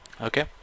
okay